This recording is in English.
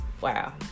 Wow